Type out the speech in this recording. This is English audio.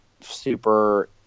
super